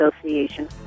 Association